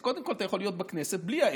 אז קודם כול, אתה יכול להיות בכנסת בלי האצבע.